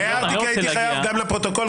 אני הערתי כי הייתי חייב גם לפרוטוקול,